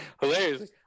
hilarious